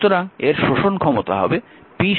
সুতরাং এর শোষণ ক্ষমতা হবে p 16 12 ওয়াট